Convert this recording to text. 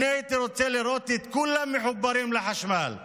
מחובר לחשמל.